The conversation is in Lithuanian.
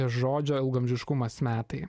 žodžio ilgaamžiškumas metai